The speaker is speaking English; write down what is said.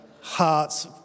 hearts